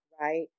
Right